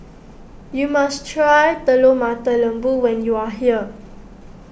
you must try Telur Mata Lembu when you are here